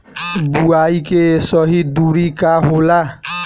बुआई के सही दूरी का होला?